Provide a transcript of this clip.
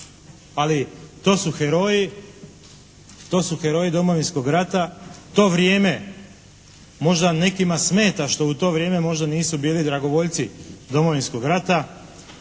to su heroji Domovinskog rata. To vrijeme, možda nekima smeta što u to vrijeme možda nisu bili dragovoljci Domovinskog rata